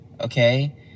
okay